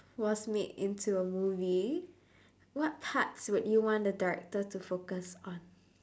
was made into a movie what parts would you want the director to focus on